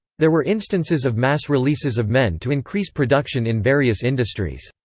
there were instances of mass releases of men to increase production in various industries.